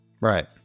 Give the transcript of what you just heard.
Right